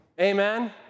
Amen